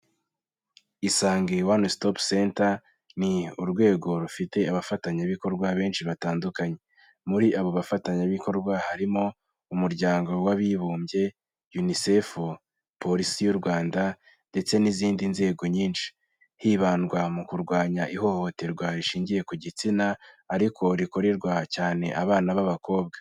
Isange One Stop Centre ni urwego rufite abafatanyabikorwa benshi batandukanye. Muri abo bafatanyabikorwa harimo umuryango w'abibumbye, Unicef, Polisi y'u Rwanda ndetse n'izindi nzego nyinshi. Hibandwa mu kurwanya ihohoterwa rishingiye ku gitsina ariko rikorerwa cyane abana b'abakobwa.